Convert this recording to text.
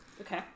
Okay